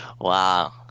Wow